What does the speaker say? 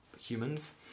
humans